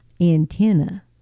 antenna